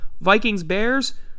Vikings-Bears